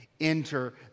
enter